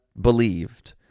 believed